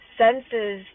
senses